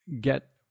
get